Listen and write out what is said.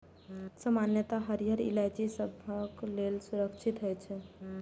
सामान्यतः हरियर इलायची सबहक लेल सुरक्षित होइ छै